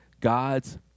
God's